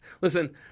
Listen